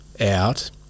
out